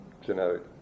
genetic